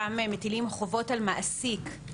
שם מטילים חובות על מעסיק.